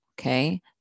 okay